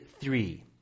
three